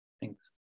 Thanks